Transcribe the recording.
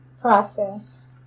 process